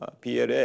PLA